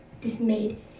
dismayed